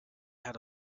had